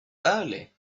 early